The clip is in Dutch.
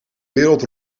wereld